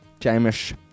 Jamish